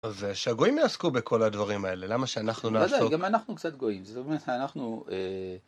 ‫אז כשהגויים יעסקו בכל הדברים האלה, ‫למה שאנחנו נעסוק... ‫לא, לא, גם אנחנו קצת גויים. ‫זאת אומרת, אנחנו...